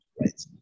right